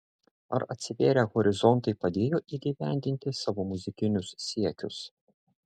ar atsivėrę horizontai padėjo įgyvendinti savo muzikinius siekius